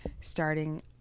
starting